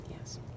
yes